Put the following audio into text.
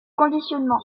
conditionnement